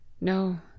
No